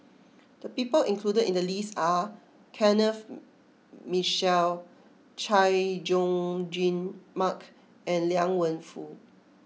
the people included in the list are Kenneth Mitchell Chay Jung Jun Mark and Liang Wenfu